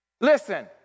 Listen